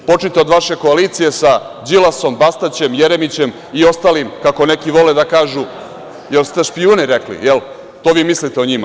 Počnite od vaše koalicije sa Đilasom, Bastaćem, Jeremićem i ostalim, kako neki vole da kažu, jel ste špijuni rekli, to vi mislite o njima.